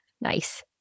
Nice